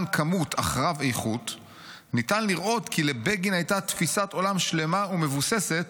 כמות אך רב איכות ניתן לראות כי לבגין הייתה תפיסת עולם שלמה ומבוססת